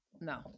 no